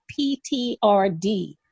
PTRD